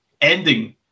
ending